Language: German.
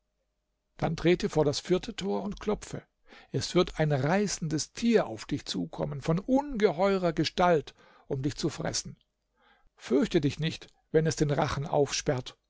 dann trete vor das vierte tor und klopfe es wird ein reißendes tier auf dich zukommen von ungeheurer gestalt um dich zu fressen fürchte dich nicht wenn es den rachen aufsperrt